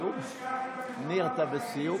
ניר, אתה בסיום?